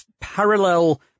parallel